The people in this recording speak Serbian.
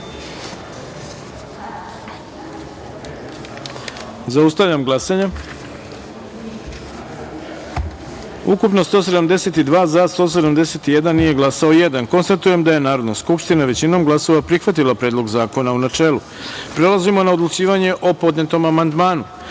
taster. Zaustavljam glasanje: Ukupno - 172, za – 171, nije glasao jedan. Konstatujem da je Narodna skupština većinom glasova prihvatila Predlog zakona u načelu. Prelazimo na odlučivanje o podnetom amandmanu. Na